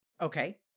okay